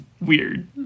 Weird